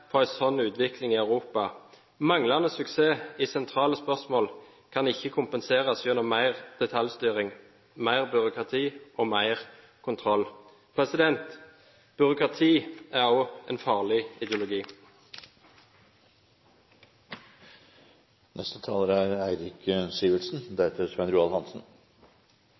for en slik utvikling i Europa. Manglende suksess i sentrale spørsmål kan ikke kompenseres gjennom mer detaljstyring, mer byråkrati og mer kontroll. Byråkrati er også en farlig ideologi.